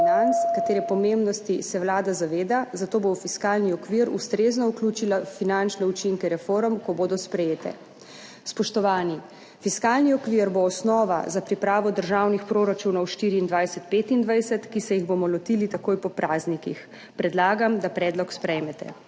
katere pomembnosti se Vlada zaveda, zato bo v fiskalni okvir ustrezno vključila finančne učinke reform, ko bodo sprejete. Spoštovani, fiskalni okvir bo osnova za pripravo državnih proračunov 2024-2025, ki se jih bomo lotili takoj po praznikih. Predlagam, da predlog sprejmete.